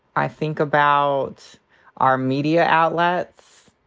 i think about our media outlets